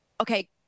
Okay